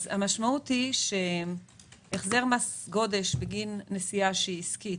המשמעות היא שהחזר מס גודש בגין נסיעה עסקית,